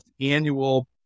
annual